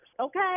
okay